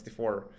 64